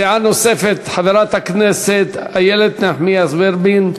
דעה נוספת לחברת הכנסת איילת נחמיאס ורבין.